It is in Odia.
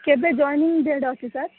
କେବେ ଜଏନିଙ୍ଗ୍ ଡେଟ୍ ଅଛି ସାର୍